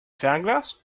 fernglas